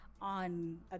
on